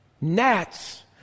Gnats